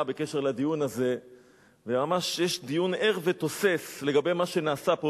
בקשר לדיון הזה וממש יש דיון ער ותוסס לגבי מה שנעשה פה,